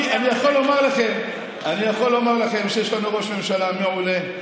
אני יכול לומר לכם שיש לנו ראש ממשלה מעולה,